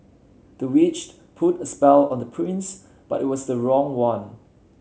the witched put a spell on the prince but it was the wrong one